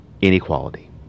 inequality